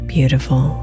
Beautiful